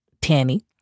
Tanny